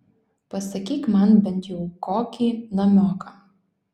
pasakyk man bent jau kokį namioką